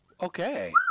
Okay